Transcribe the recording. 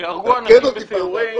שייהרגו אנשים בסיורים.